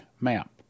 map